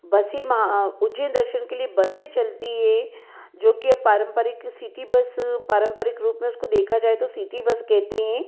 बसें महा उज्जैन दर्शन के लिए बसें चलती हैं जोकि पारम्परिक सिटी बस पारम्परिक रूप में उसको देखा जाए तो सिटी बस कहते हैं